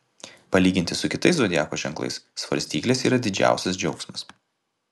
palyginti su kitais zodiako ženklais svarstyklės yra didžiausias džiaugsmas